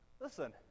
listen